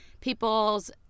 people's